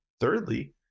thirdly